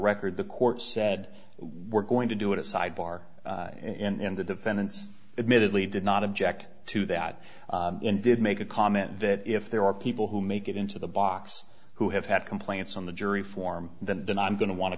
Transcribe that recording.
record the court said we're going to do it a sidebar in the defendant's admittedly did not object to that and did make a comment that if there are people who make it into the box who have had complaints on the jury form than done i'm going to want to